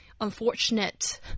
unfortunate